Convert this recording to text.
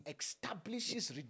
establishes